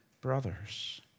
brothers